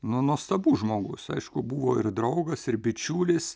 nu nuostabus žmogus aišku buvo ir draugas ir bičiulis